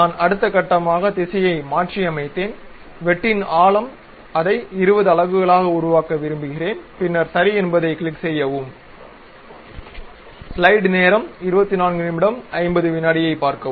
நான் அடுத்தகட்டமாக திசையை மாற்றியமைத்தேன் வெட்டின் ஆழம் அதை 20 அலகுகளாக உருவாக்க விரும்புகிறேன் பின்னர் சரி என்பதைக் கிளிக் செய்யவும்